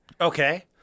Okay